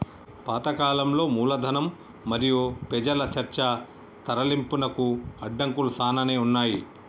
పాత కాలంలో మూలధనం మరియు పెజల చర్చ తరలింపునకు అడంకులు సానానే ఉన్నాయి